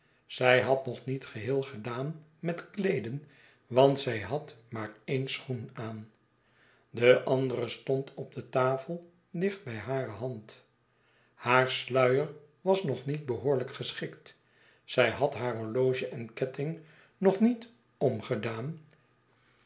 zij had nog niet geheel gedaan met kleeden want zij had maar een schoen aan de andere stond op de tafel dicht bij hare hand haar sluier was nog niet behoorlijk geschikt zij had haar horloge en ketting nog niet omgedaan